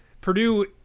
Purdue